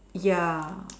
ya